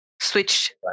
Switch